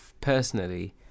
personally